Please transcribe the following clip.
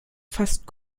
fast